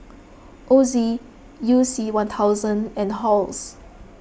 Ozi You C one thousand and Halls